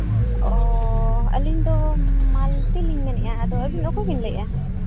ᱚ ᱟᱹᱞᱤᱧ ᱫᱚ ᱢᱟᱞᱠᱤᱱ ᱞᱤᱧ ᱢᱮᱱᱮᱜᱼᱟ ᱟᱫᱚ ᱟᱹᱵᱤᱱ ᱫᱚ ᱚᱠᱚᱭ ᱵᱤᱱ ᱞᱟᱹᱭᱮᱜᱼᱟ